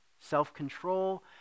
self-control